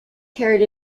carried